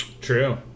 True